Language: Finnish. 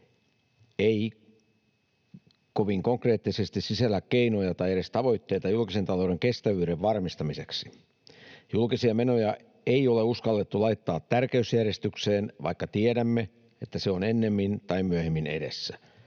ei kovin konkreettisesti sisällä keinoja tai edes tavoitteita julkisen talouden kestävyyden varmistamiseksi. Julkisia menoja ei ole uskallettu laittaa tärkeysjärjestykseen, vaikka tiedämme, että se on ennemmin tai myöhemmin edessä.